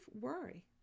worry